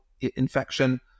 infection